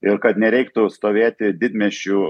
ir kad nereiktų stovėti didmiesčių